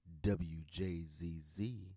WJZZ